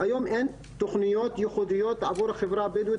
היום אין תוכניות ייחודיות עבור החברה הבדואית